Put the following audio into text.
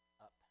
up